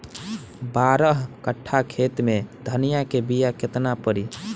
बारह कट्ठाखेत में धनिया के बीया केतना परी?